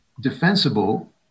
defensible